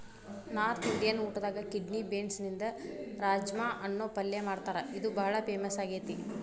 north Indian ಊಟದಾಗ kidney ಬೇನ್ಸ್ನಿಂದ ರಾಜ್ಮಾ ಅನ್ನೋ ಪಲ್ಯ ಮಾಡ್ತಾರ ಇದು ಬಾಳ ಫೇಮಸ್ ಆಗೇತಿ